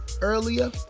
earlier